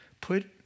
Put